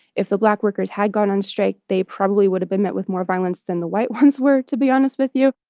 if the black workers had gone on strike, they probably would have been met with more violence than the white ones were, to be honest with you.